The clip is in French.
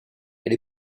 elle